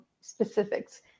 specifics